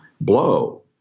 blow